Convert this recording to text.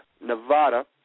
Nevada